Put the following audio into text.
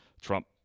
Trump